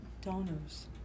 donors